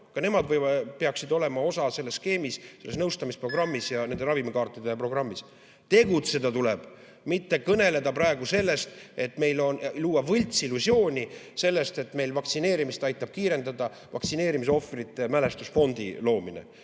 Ka nemad peaksid olema osa selles skeemis, selles nõustamisprogrammis ja nende ravimikaartide programmis. Tegutseda tuleb, mitte kõnelda ja luua võltsillusiooni, et vaktsineerimist aitab kiirendada vaktsineerimise ohvrite mälestusfondi loomine,